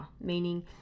meaning